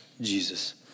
Jesus